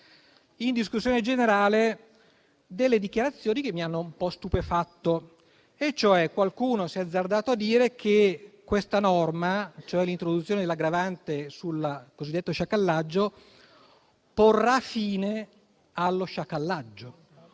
in discussione generale delle dichiarazioni che mi hanno lasciato un po' stupefatto. Qualcuno si è infatti azzardato a dire che questa norma, cioè l'introduzione dell'aggravante sul cosiddetto sciacallaggio, porrà fine ad esso